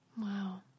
Wow